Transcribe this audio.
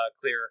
clear